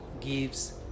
gives